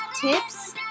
tips